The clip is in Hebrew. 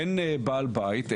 אז אין בעל בית,